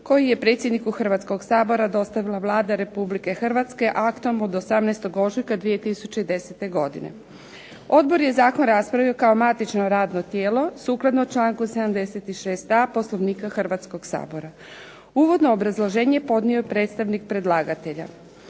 koji je predsjedniku Hrvatskog sabora dostavila Vlada Republike Hrvatske aktom od 18. ožujka 2010. godine. Odbor je zakon raspravio kao matično radno tijelo sukladno članku 76.a Poslovnika Hrvatskog sabora. Uvodno obrazloženje podnio je predstavnik predlagatelja.